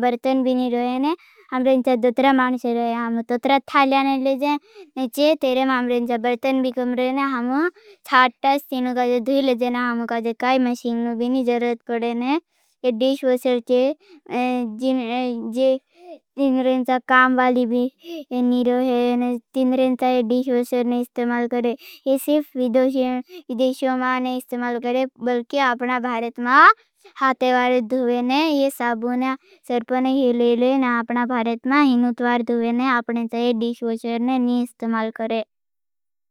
बर्तन बिना रहे। ना हम दो त्र मांस रहे हम तोत्र थाली ले ले जाए। नीच हम बर्तन भी करो ना हम अच्छा ठंडू धीरे जना। हम कैसे काई मशीन जरूर पड़ने। डिशवॉशर के जिन जे तीन कामवाली भी नही रहे। तिन रेट डिशवॉशर इस्तेमाल करें। ये सिर्फ विदेशी देशो मे इस्तेमाल करें। बल्कि अपना भारत मा हाथ धोए ना। ये साबुन कंपनी ले ले। ना अपना भारत में हिंदू धोए ना अपने डिशवाशर ने नही इस्तेमाल करें।